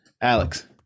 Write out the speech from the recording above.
Alex